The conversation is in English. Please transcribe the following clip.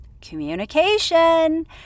communication